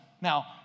Now